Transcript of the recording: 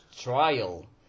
Trial